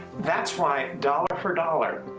that's why dollar for dollar,